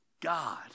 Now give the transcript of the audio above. God